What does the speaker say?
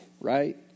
right